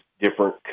different